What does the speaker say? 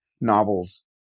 novels